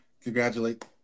Congratulate